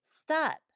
Stop